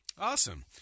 Awesome